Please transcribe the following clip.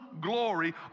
glory